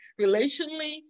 relationally